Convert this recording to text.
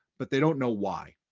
but they don't know why.